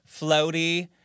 floaty